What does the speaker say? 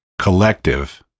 Collective